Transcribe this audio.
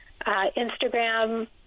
Instagram